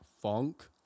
Funk